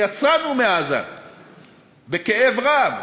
הרי יצאנו מעזה בכאב רב,